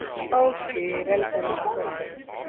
okay welcome welcome